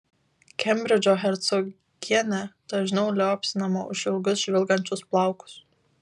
kembridžo hercogienė dažniau liaupsinama už ilgus žvilgančius plaukus